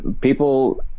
people